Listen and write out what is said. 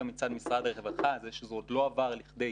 מצד משרד הרווחה זה שזה עוד לא עבר לכדי